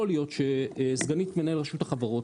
יכול להיות שסגנית מנהל רשות החברות,